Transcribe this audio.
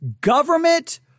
government